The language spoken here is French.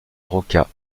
roca